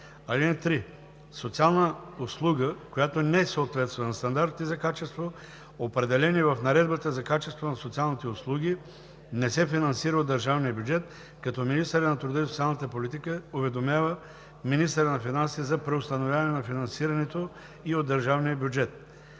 (3) Социална услуга, която не съответства на стандартите за качество, определени в Наредбата за качеството на социалните услуги, не се финансира от държавния бюджет, като министърът на труда и социалната политика уведомява министъра на финансите за преустановяване на финансирането й от държавния бюджет.“